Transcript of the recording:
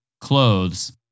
clothes